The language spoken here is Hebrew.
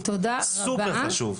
את זה צריך לזכור,